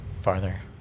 Farther